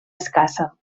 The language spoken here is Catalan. escassa